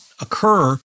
occur